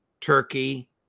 Turkey